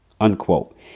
unquote